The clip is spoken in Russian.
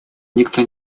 никто